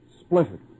splintered